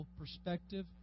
perspective